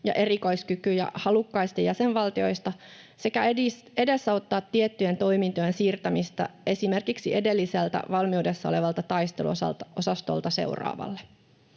erikoiskykyjä halukkaista jäsenvaltioista sekä edesauttaa tiettyjen toimintojen siirtämistä esimerkiksi edelliseltä valmiudessa olevalta taisteluosastolta seuraavalle.